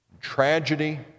tragedy